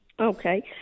Okay